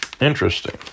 interesting